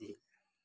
जे